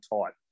tight